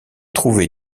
trouver